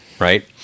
right